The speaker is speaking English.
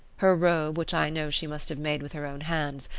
her robe, which i know she must have made with her own hands,